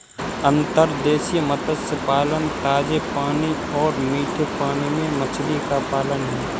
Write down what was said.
अंतर्देशीय मत्स्य पालन ताजे पानी और मीठे पानी में मछली का पालन है